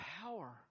power